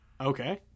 Okay